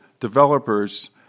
Developers